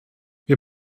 wir